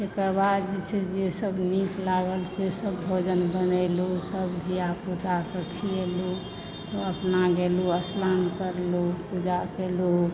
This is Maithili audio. तकर बाद जे छै जे सभ नीक लागल से सभ भोजन बनेलहुॅं सभ धिया पुता के खियेलहुॅं तब अपना गेलहुॅं स्नान करलहुॅं पूजा केलहुॅं